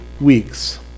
weeks